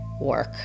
work